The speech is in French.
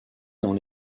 dans